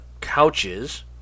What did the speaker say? couches